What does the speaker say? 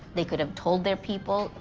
they could have told their people,